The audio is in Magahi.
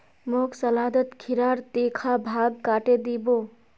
मोक सलादत खीरार तीखा भाग काटे दी बो